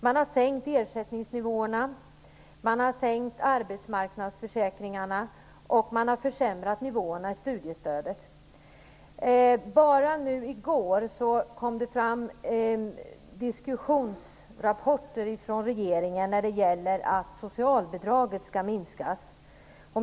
Man har sänkt ersättningsnivåer, arbetsmarknadsförsäkringarna och försämrat nivåerna i studiestödet. Och i går kom det diskussionsrapporter från regeringen om att socialbidraget skall minskas.